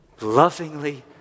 lovingly